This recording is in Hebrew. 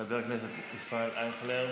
חבר הכנסת ישראל אייכלר,